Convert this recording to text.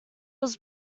was